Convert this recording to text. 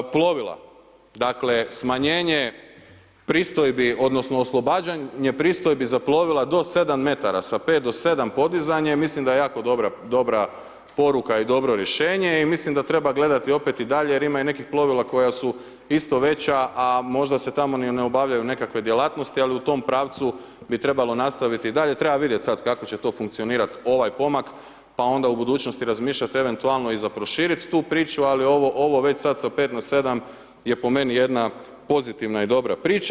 Plovila, dakle smanjenje pristojbi odnosno oslobađanje pristojbi za plovila do 7 m, sa 5 do 7 podizanje, mislim da je jako dobra poruka i dobro rješenje i mislim da treba gledati opet i dalje jer ima i nekih plovila koja su isto veća, a možda se tamo ni ne obavljaju neke djelatnosti ali u tom pravcu bi trebalo i nastaviti i dalje, treba vidjeti sad kako će to funkcionirat ovaj pomak, pa onda u budućnosti razmišljat eventualno i za proširit tu priču, ali ovo, ovo već sad sa 5 na 7 je po meni jedna pozitivna i dobra priča.